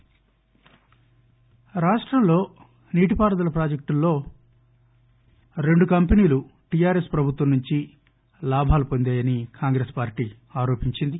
కాంగ్రెస్ రాష్టంలో నీటిపారుదల ప్రాజెక్టుల్లో రెండు కంపెనీలు టిఆర్ఎస్ ప్రభుత్వం నుంచి లాభాలు పొందాయని కాంగ్రెస్ పార్టీ ఆరోపించింది